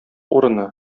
урыны